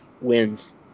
wins